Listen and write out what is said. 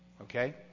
Okay